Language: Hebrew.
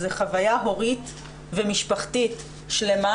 זו חוויה הורית ומשפחתית שלמה,